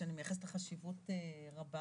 שאני מייחסת לה חשיבות רבה.